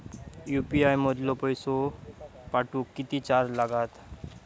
UPI मधलो पैसो पाठवुक किती चार्ज लागात?